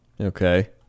Okay